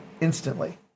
instantly